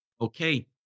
okay